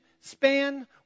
span